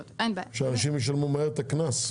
שאנשים ישלמו מהר יותר את הקנס.